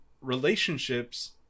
relationships